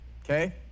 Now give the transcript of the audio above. Okay